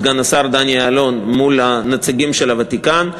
סגן השר דני אילון מול הנציגים של הוותיקן.